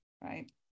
right